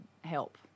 help